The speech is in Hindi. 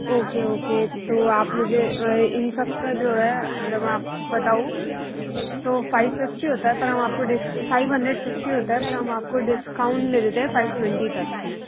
ओके ओके तो आप मुझे इन सब का जो है अगर में आपको बताऊँ तो फाइव फिफ्टी होता है पर हम आपको फाइव हैंड्रेड फिफ्टी होता है पर हम आपको डिस्काउंट दे देते हैं फाइव ट्वेंटी तक मैक्स